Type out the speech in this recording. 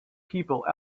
people